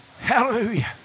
Hallelujah